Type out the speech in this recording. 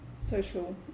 social